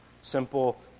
simple